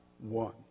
one